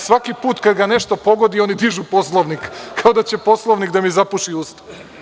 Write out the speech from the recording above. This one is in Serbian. Svaki put kad ga nešto pogodi, oni dižu Poslovnik, kao da će Poslovnik da mi zapuši usta.